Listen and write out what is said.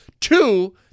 Two